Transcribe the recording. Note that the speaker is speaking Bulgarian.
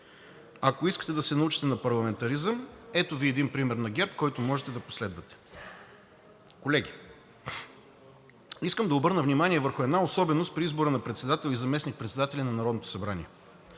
Ако искате да се научите на парламентаризъм, ето Ви един пример на ГЕРБ, който можете да последвате. Колеги, искам да обърна внимание и върху една особеност при избор на председател и заместник-председатели на Народното събрание.